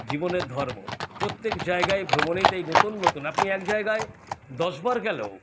জীবনের ধর্ম প্রত্যেক জায়গায় ভ্রমণেই তাই নতুন নতুন আপনি এক জায়গায় দশবার গেলেও